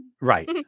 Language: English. Right